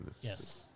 Yes